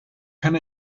kenne